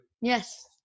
Yes